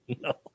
No